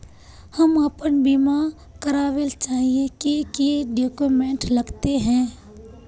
हम अपन बीमा करावेल चाहिए की की डक्यूमेंट्स लगते है?